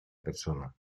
persona